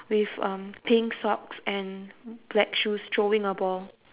with um pink socks and black shoes throwing a ball